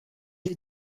est